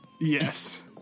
yes